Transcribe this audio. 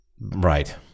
Right